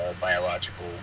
biological